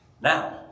now